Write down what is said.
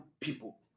people